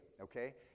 okay